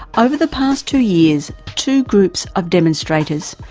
over the past two years two groups of demonstrators,